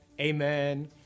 amen